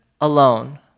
alone